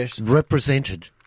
represented